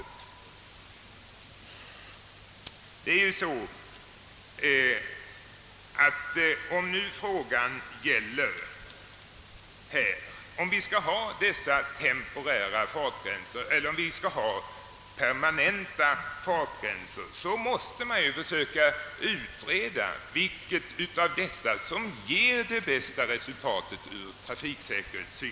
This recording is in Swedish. Om det nu är fråga om vi skall ha dessa temporära eller permanenta fartgränser, måste man ju försöka utreda vilket av dessa alternativ som ger det bästa resultatet ur trafiksäkerhetssynpunkt.